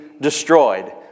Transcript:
destroyed